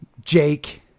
Jake